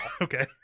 okay